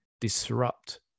disrupt